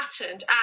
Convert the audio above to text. patterned